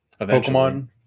Pokemon